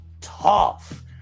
tough